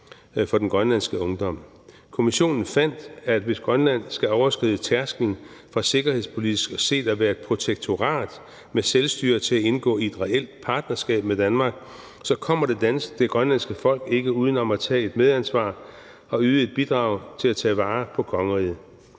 for den grønlandske ungdom. Kommissionen fandt, at hvis Grønland skal overskride tærsklen fra sikkerhedspolitisk set at være et protektorat med selvstyre til at indgå i et reelt partnerskab med Danmark, så kommer det grønlandske folk ikke uden om at tage et medansvar og yde et bidrag til at tage vare på kongeriget.